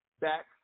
back